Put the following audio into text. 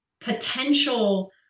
potential